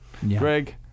Greg